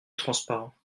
transparents